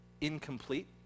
incomplete